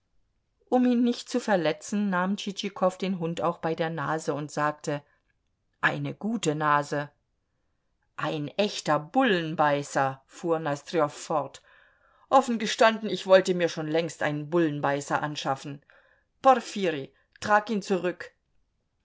um ihn nicht zu verletzen nahm tschitschikow den hund auch bei der nase und sagte eine gute nase ein echter bullenbeißer fuhr nosdrjow fort offen gestanden ich wollte mir schon längst einen bullenbeißer anschaffen porfirij trag ihn zurück